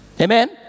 Amen